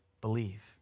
believe